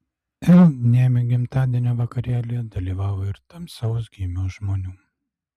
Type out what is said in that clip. l niemi gimtadienio vakarėlyje dalyvavo ir tamsaus gymio žmonių